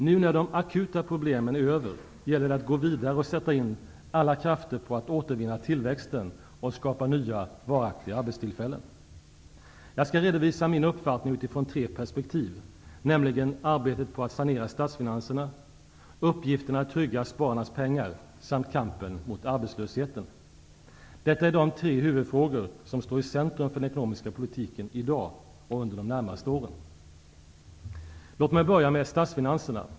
Nu när de akuta problemen är över, gäller det att gå vidare och sätta in alla krafter på att återvinna tillväxten och skapa nya, varaktiga arbetstillfällen. Jag skall redovisa min uppfattning utifrån tre perspektiv, nämligen arbetet på att sanera statsfinanserna, uppgiften att trygga spararnas pengar samt kampen mot arbetslösheten. Detta är de tre huvudfrågor som står i centrum för den ekonomiska politiken i dag och under de närmaste åren. Låt mig börja med statsfinanserna.